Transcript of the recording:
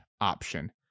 option